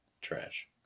Trash